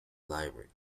library